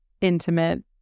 intimate